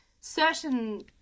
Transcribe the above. certain